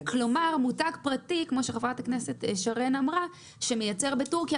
כלומר מותג פרטי כמו שח"כ שרן אמרה שמייצר בתורכיה,